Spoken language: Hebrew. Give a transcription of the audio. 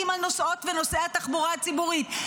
על נוסעות ונוסעי התחבורה הציבורית.